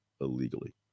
illegally